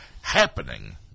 happening